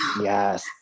yes